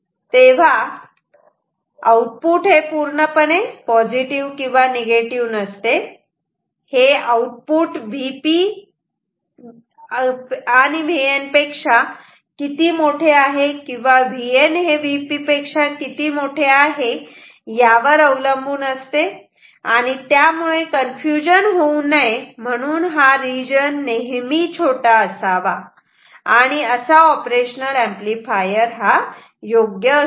तेव्हा आउटपुट हे पूर्णपणे पॉझिटिव्ह किंवा निगेटिव्ह नसते हे आउटपुट Vp हे Vn पेक्षा किती मोठे आहे हे किंवा Vn हे Vp पेक्षा किती मोठे आहे आहे यावर अवलंबून असते आणि त्यामुळे कन्फ्यूजन होऊ नये म्हणून हा रिजन नेहमी छोटा असावा आणि असा ऑपरेशनल ऍम्प्लिफायर योग्य असतो